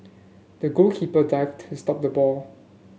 the goalkeeper dived to stop the ball